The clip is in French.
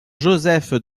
josef